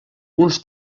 uns